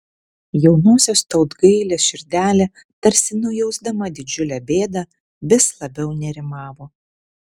jaunosios tautgailės širdelė tarsi nujausdama didžiulę bėdą vis labiau nerimavo